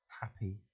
happy